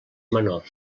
menor